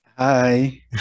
Hi